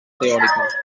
teòrica